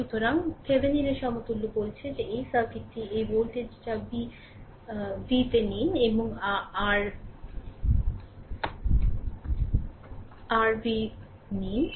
সুতরাং এর Thevenin এর সমতুল্য বলছে যে এই সার্কিটটি এই ভোল্টেজ যা v vv নিন এবং Rv নিন